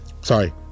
Sorry